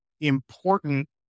important